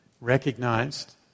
recognized